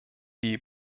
die